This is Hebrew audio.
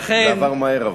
ולכן, זה עבר מהר אבל.